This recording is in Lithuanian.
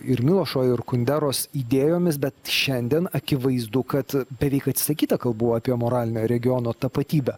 ir milošo ir kunderos idėjomis bet šiandien akivaizdu kad beveik atsisakyta kalbų apie moralinę regiono tapatybę